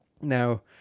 now